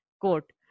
quote